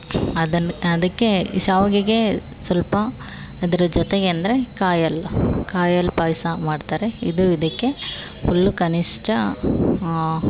ಅದನ್ನು ಅದಕ್ಕೆ ಈ ಶಾವಿಗೆಗೆ ಸ್ವಲ್ಪ ಅದರ ಜೊತೆಗೆ ಅಂದರೆ ಕಾಯಿ ಹಾಲು ಕಾಯಿ ಹಾಲು ಪಾಯಸ ಮಾಡ್ತಾರೆ ಇದು ಇದಕ್ಕೆ ಫುಲ್ಲು ಕನಿಷ್ಠ